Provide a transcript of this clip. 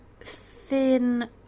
thin